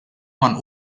man